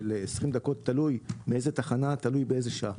ל-20 דקות; תלוי מאיזו תחנה ובאיזו שעה.